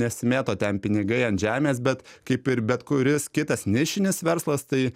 nesimėto ten pinigai ant žemės bet kaip ir bet kuris kitas nišinis verslas tai